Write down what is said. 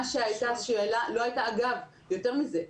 יותר מזה,